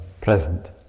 present